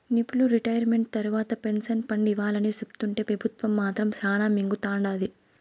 నిపునులు రిటైర్మెంట్ తర్వాత pension fund ఇవ్వాలని సెప్తుంటే పెబుత్వం మాత్రం శానా మింగతండాది